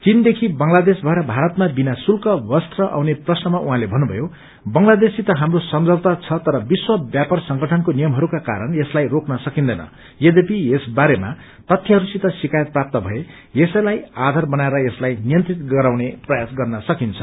चीनदेखि बंगलादेश भएर भारतमा बिना शुल्क वस्त्र आउने प्रश्नमा उहाँले भन्नुभयो बंगलादेशसित हाम्रो सम्झौता छ तर विश्व व्यापार संगठनको नियमहरूका कारण यसलाई रोकन सकिन्दैन यद्यपि यस बारेमा तथ्यहरूसित शिकायत प्राप्त भए यसैलाई आधार बनाएर यसलाई नियन्त्रित गराउने प्रयास गर्न सकिन्छ